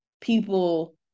people